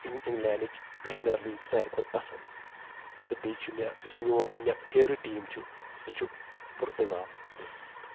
انگ انگلینڈٕچ Premier League ساروی کھۄتہٕ پسنٛد تہٕ بیٚیہِ چھُ مےٚ یُس میوٚن مےٚ فیورِٹ ٹیٖم چھُ سُہ چھُ پُرتَگال